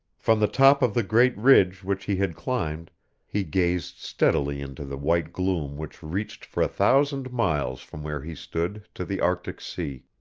from the top of the great ridge which he had climbed he gazed steadily into the white gloom which reached for a thousand miles from where he stood to the arctic sea.